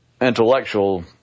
intellectual